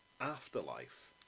afterlife